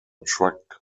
truck